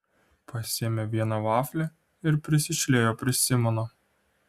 pasiėmė vieną vaflį ir prisišliejo prie simono